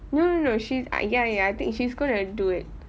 no no no she's ah ya ya ya I think she's gonna do it